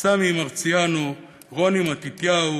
סמי מרציאנו, רוני מתתיהו.